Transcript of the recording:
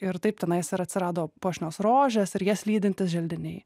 ir taip tenais ir atsirado puošnios rožės ir jas lydintys želdiniai